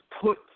put